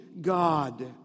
God